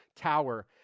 tower